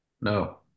No